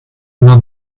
not